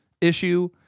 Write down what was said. issue